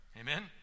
Amen